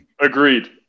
Agreed